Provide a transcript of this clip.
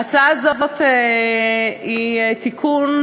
ההצעה הזאת היא תיקון,